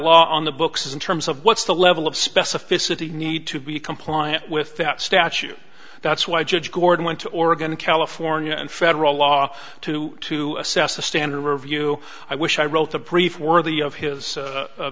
law on the books in terms of what's the level of specificity need to be compliant with that statute that's why judge gordon went to oregon california and federal law to to assess a standard review i wish i wrote a brief worthy of his